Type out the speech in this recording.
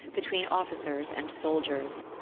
between officers and soldiers.